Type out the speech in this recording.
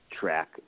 track